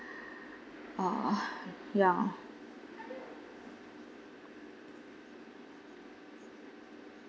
ah ya